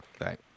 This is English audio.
Right